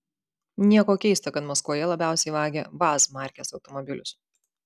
nieko keista kad maskvoje labiausiai vagia vaz markės automobilius